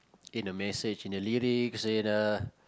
in a message in the lyrics in uh